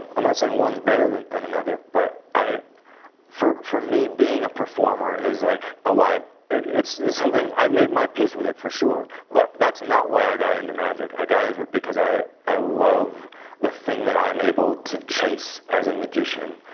i'm not saying one is better than than another. but for for me, being a performer is like ah like it's something i've made my peace with it, for sure, but that's not why i got into magic. i got into it because i i love the thing that i am able to chase as a magician.